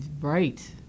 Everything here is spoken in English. Right